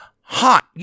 hot